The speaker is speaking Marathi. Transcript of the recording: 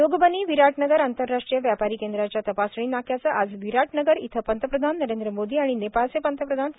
जोगबनी विराटनगर आंतरराष्ट्रीय व्यापारी केंद्राच्या तपासणी नाक्याचं आज विराट नगर इथं पंतप्रधान नरेंद्र मोदी आणि नेपाळचे पंतप्रधान के